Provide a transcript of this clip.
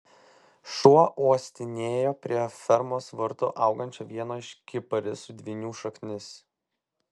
šuo uostinėjo prie fermos vartų augančio vieno iš kiparisų dvynių šaknis